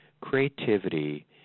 creativity